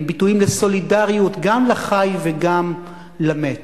הם ביטויים לסולידריות, גם לחי וגם למת.